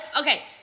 okay